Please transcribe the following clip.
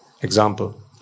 example